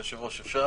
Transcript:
היושב-ראש, אפשר?